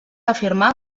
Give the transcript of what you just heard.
afirmar